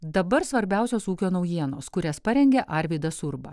dabar svarbiausios ūkio naujienos kurias parengė arvydas urba